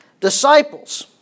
Disciples